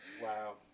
Wow